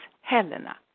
Helena